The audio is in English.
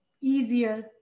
easier